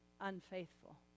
unfaithful